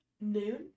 noon